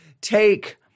take